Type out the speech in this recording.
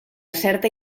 certa